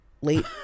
late